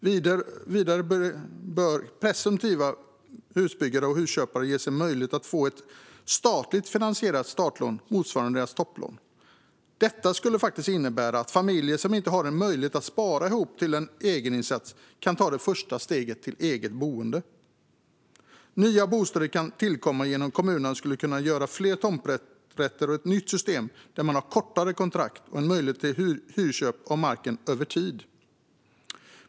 Vidare bör presumtiva husbyggare och husköpare ges en möjlighet att få ett statligt finansierat startlån motsvarande deras topplån. Detta skulle faktiskt innebära att familjer som inte har en möjlighet att spara ihop till en egen insats kan ta det första steget till eget boende. Nya bostäder kan tillkomma genom att kommunerna gör fler tomträtter och ett nytt system där man har kortare kontrakt och en möjlighet till hyrköp av marken över tid.